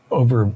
over